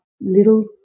little